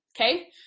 Okay